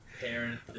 parent